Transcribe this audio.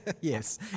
Yes